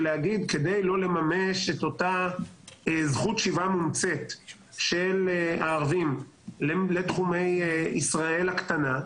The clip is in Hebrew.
כדי לא לממש את אותה זכות שיבה מומצאת של הערבים לתחומי ישראל הקטנה,